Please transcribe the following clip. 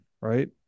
right